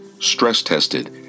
stress-tested